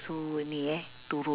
uh where where forgot